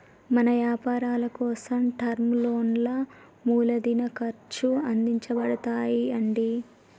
మన యపారాలకోసం టర్మ్ లోన్లా మూలదిన ఖర్చు అందించబడతాయి అంటి